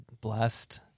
blessed